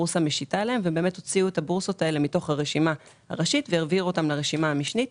הוציאו מתוך הרשימה הראשית והעבירו לרשימה המשנית.